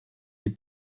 les